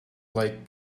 like